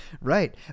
Right